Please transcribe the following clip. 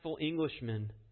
Englishman